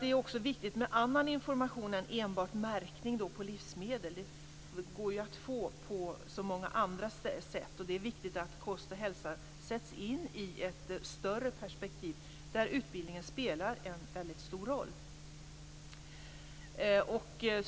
Det är även viktigt med annan information än enbart märkning av livsmedel. Det är angeläget att kost och hälsa sätts in i ett större sammanhang där utbildningen spelar en väldigt stor roll.